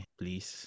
please